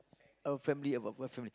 uh family about what family